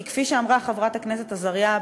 כי כפי שאמרה חברת הכנסת עזריה,